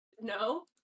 No